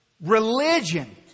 religion